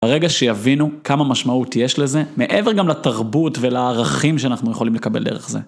ברגע שיבינו כמה משמעות יש לזה, מעבר גם לתרבות ולערכים שאנחנו יכולים לקבל דרך זה.